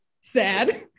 Sad